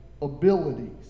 abilities